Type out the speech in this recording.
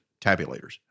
tabulators